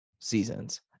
seasons